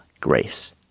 grace